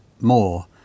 more